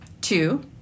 Two